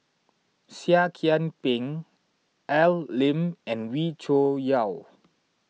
Seah Kian Peng Al Lim and Wee Cho Yaw